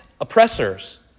oppressors